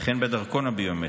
וכן בדרכון הביומטרי.